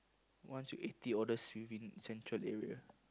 once you eighty orders it will be central area